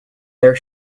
their